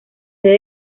sede